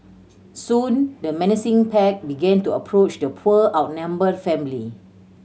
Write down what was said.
soon the menacing pack began to approach the poor outnumbered family